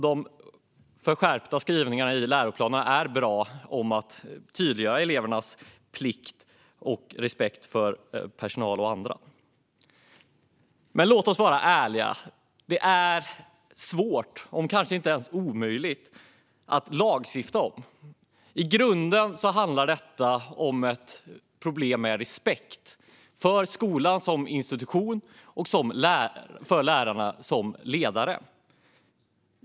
De skärpta skrivningarna i läroplanen om att tydliggöra elevernas plikt och respekt för personal och andra är bra. Men låt oss vara ärliga: Det är svårt, kanske inte ens möjligt, att lagstifta om detta. I grunden handlar det om ett problem med respekt för skolan som institution och för lärarna som ledare.